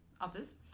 others